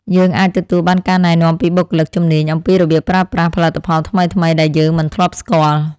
យើងអាចទទួលបានការណែនាំពីបុគ្គលិកជំនាញអំពីរបៀបប្រើប្រាស់ផលិតផលថ្មីៗដែលយើងមិនធ្លាប់ស្គាល់។